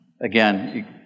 again